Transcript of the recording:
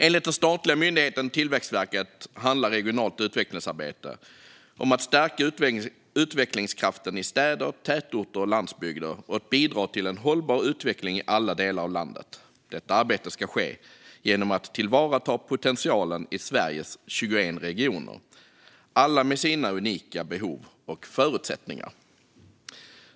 Enligt den statliga myndigheten Tillväxtverket handlar regionalt utvecklingsarbete om att stärka utvecklingskraften i städer, tätorter och landsbygder och att bidra till en hållbar utveckling i alla delar av landet. Detta arbete ska ske genom att tillvarata potentialen i Sveriges 21 regioner, alla med sina unika behov och förutsättningar.